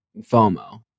FOMO